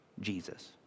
Jesus